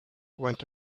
went